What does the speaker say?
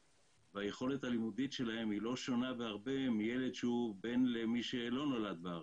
והיכולת הלימודית שלהם לא שונה בהרבה מילד שהוא בן למי שלא נולד בארץ.